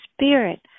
spirit